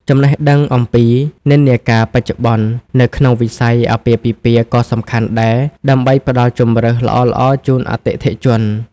ចំណេះដឹងអំពីនិន្នាការបច្ចុប្បន្ន នៅក្នុងវិស័យអាពាហ៍ពិពាហ៍ក៏សំខាន់ដែរ ដើម្បីផ្តល់ជម្រើសល្អៗជូនអតិថិជន។